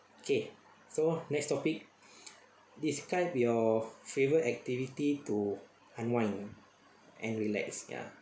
okay so next topic describe your favourite activity to unwind and relax ya